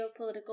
geopolitical